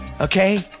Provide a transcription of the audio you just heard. okay